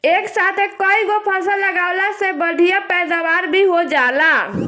एक साथे कईगो फसल लगावला से बढ़िया पैदावार भी हो जाला